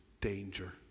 danger